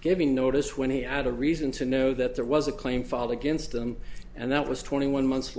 giving notice when he had a reason to know that there was a claim filed against them and that was twenty one months